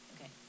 okay